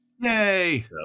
Yay